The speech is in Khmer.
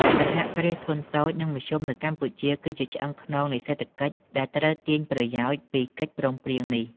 សហគ្រាសធុនតូច និងមធ្យមនៅកម្ពុជា គឺជាឆ្អឹងខ្នងនៃសេដ្ឋកិច្ចដែលត្រូវទាញប្រយោជន៍ពីកិច្ចព្រមព្រៀងនេះ។